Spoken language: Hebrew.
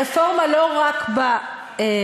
רפורמה לא רק בשכר,